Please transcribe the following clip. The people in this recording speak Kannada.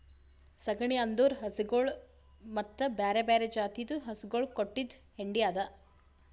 ಸಗಣಿ ಅಂದುರ್ ಹಸುಗೊಳ್ ಮತ್ತ ಬ್ಯಾರೆ ಬ್ಯಾರೆ ಜಾತಿದು ಹಸುಗೊಳ್ ಕೊಟ್ಟಿದ್ ಹೆಂಡಿ ಅದಾ